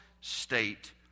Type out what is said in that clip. state